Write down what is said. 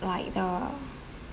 like the